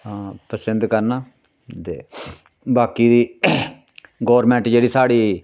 हां पसंद करना ते बाकी दी गोरमेंट जेह्ड़ी साढ़ी